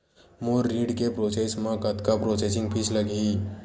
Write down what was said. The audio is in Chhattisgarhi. मोर ऋण के प्रोसेस म कतका प्रोसेसिंग फीस लगही?